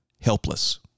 helpless